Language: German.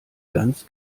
ganz